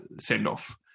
send-off